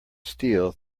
steel